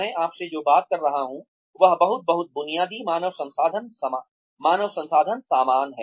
मैं आपसे जो बात कर रहा हूँ वह बहुत बहुत बुनियादी मानव संसाधन सामान है